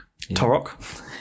Torok